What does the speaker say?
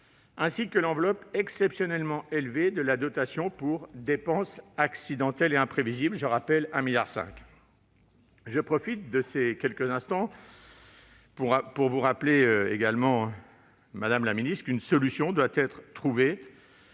ainsi que l'enveloppe exceptionnellement élevée de la dotation pour « dépenses accidentelles et imprévisibles », à hauteur de 1,5 milliard d'euros. Je profite de ces quelques instants pour vous rappeler, madame la secrétaire d'État, qu'une solution doit être trouvée